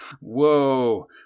whoa